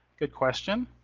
good question,